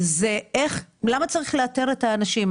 היא למה צריך לאתר את האנשים?